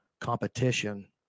competition